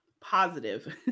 positive